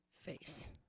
face